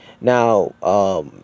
now